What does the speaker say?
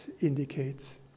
indicates